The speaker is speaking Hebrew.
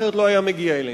אחרת הוא לא היה מגיע אלינו.